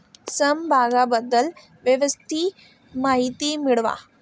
समभागाबद्दल व्यवस्थित माहिती मिळवा